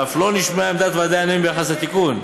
ואף לא נשמעה עמדת ועדי הנאמנים ביחס לתיקון.